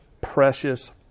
precious